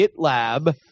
GitLab